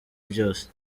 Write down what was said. byose